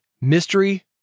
mystery